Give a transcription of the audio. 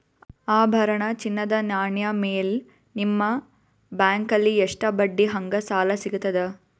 ಆಭರಣ, ಚಿನ್ನದ ನಾಣ್ಯ ಮೇಲ್ ನಿಮ್ಮ ಬ್ಯಾಂಕಲ್ಲಿ ಎಷ್ಟ ಬಡ್ಡಿ ಹಂಗ ಸಾಲ ಸಿಗತದ?